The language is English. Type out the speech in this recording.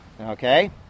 Okay